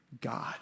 God